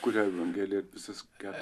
kurią gali ir visas keturias